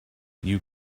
you